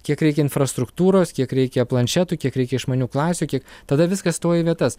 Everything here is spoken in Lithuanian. kiek reikia infrastruktūros kiek reikia planšečių kiek reikia išmanių klasių kiek tada viskas stoja į vietas